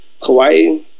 Hawaii